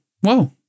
whoa